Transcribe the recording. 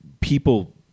people